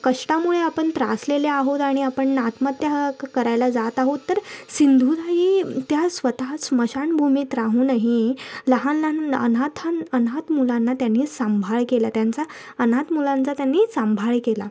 कष्टामुळे आपण त्रासलेले आहोत आणि आपण आत्महत्या करायला जात आहोत तर सिंधुताई त्या स्वतः स्मशानभूमीत राहूनही लहान अन अनाथां अनाथ मुलांना त्यांनी सांभाळ केला त्यांचा अनाथ मुलांचा त्यांनी सांभाळ केला